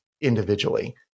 individually